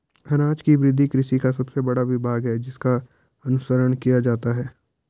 अनाज की वृद्धि कृषि का सबसे बड़ा विभाग है जिसका अनुसरण किया जाता है